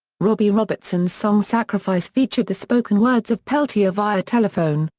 robbie robertson's song sacrifice featured the spoken words of peltier via telephone,